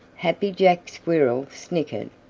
happy jack squirrel snickered.